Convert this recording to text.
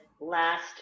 last